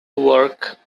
work